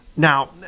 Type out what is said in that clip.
Now